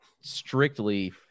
strictly